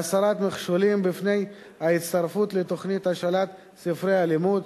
להסרת מכשולים בפני ההצטרפות לתוכנית השאלת ספרי הלימוד.